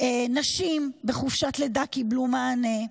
נשים בחופשת לידה קיבלו מענה,